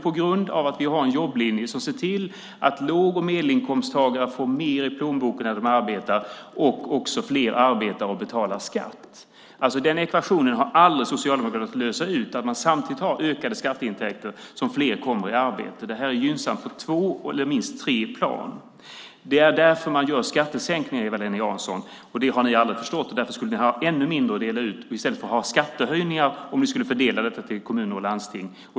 Jo, tack vare att vi har en jobblinje som ser till att låg och medelinkomsttagare får mer i plånboken när de arbetar och också att fler arbetar och betalar skatt. Den ekvationen har aldrig Socialdemokraterna kunnat lösa ut - att man har ökade skatteintäkter samtidigt som fler kommer i arbete. Det här är gynnsamt på minst tre plan. Det är därför man gör skattesänkningar, Eva-Lena Jansson. Det har ni aldrig förstått, och därför skulle ni ha ännu mindre att dela ut och i stället få göra skattehöjningar om ni skulle fördela detta till kommuner och landsting.